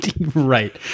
right